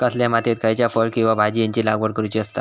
कसल्या मातीयेत खयच्या फळ किंवा भाजीयेंची लागवड करुची असता?